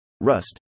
Rust